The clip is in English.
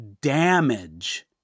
damage